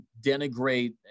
denigrate